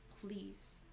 Please